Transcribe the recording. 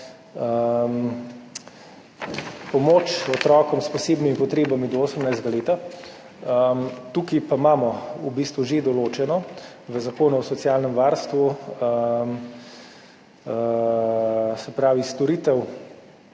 pomoč otrokom s posebnimi potrebami do 18. leta. Tukaj pa imamo v bistvu že določeno v Zakonu o socialnem varstvu, se pravi storitev